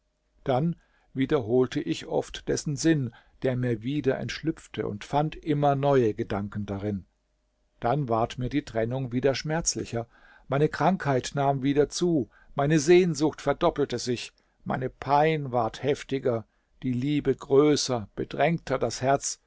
dann wiederholte ich oft dessen sinn der mir wieder entschlüpfte und fand immer neue gedanken darin dann ward mir die trennung wieder schmerzlicher meine krankheit nahm wieder zu meine sehnsucht verdoppelte sich meine pein ward heftiger die liebe größer bedrängter das herz